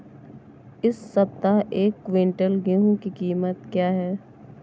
इस सप्ताह एक क्विंटल गेहूँ की कीमत क्या है?